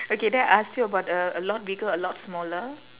okay then I ask you about the a lot bigger a lot smaller